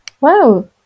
Wow